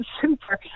super